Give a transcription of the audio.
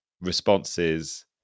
responses